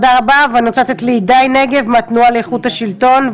אני רוצה לתת להידי נגב מהתנועה לאיכות השלטון.